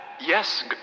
Yes